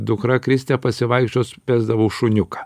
dukra kriste pasivaikščiot vesdavau šuniuką